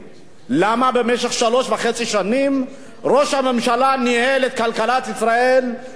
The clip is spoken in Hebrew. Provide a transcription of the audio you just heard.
במשך שלוש וחצי שנים ראש הממשלה ניהל את כלכלת ישראל בצורה לא נכונה.